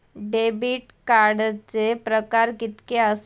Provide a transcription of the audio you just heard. Debit कार्डचे प्रकार कीतके आसत?